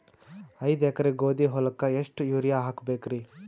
ಐದ ಎಕರಿ ಗೋಧಿ ಹೊಲಕ್ಕ ಎಷ್ಟ ಯೂರಿಯಹಾಕಬೆಕ್ರಿ?